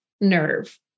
nerve